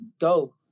go